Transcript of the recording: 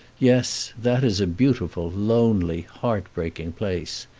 yes, that is a beautiful, lonely, heart-breaking place.